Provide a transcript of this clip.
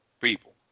people